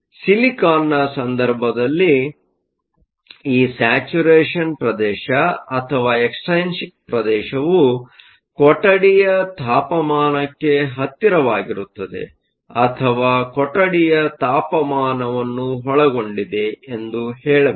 ಸಿಲಿಕಾನ್ನ ಸಂದರ್ಭದಲ್ಲಿ ಈ ಸ್ಯಾಚುರೇಷನ್ ಪ್ರದೇಶ ಅಥವಾ ಎಕ್ಸ್ಟ್ರೈನ್ಸಿಕ್ ಪ್ರದೇಶವು ಕೊಠಡಿಯ ತಾಪಮಾನಕ್ಕೆ ಹತ್ತಿರವಾಗಿರುತ್ತದೆ ಅಥವಾ ಕೊಠಡಿಯ ತಾಪಮಾನವನ್ನು ಒಳಗೊಂಡಿದೆ ಎಂದು ಹೇಳಬೇಕು